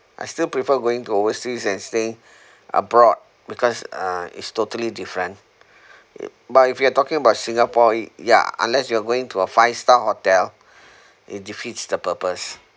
I still prefer going to overseas and stay abroad because uh it's totally different but if you are talking about singapore it ya unless you are going to a five star hotel it defeats the purpose